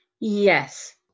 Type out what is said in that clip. Yes